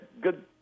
Good